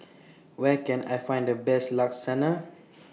Where Can I Find The Best Lasagne